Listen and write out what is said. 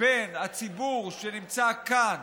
בין הציבור שנמצא כאן,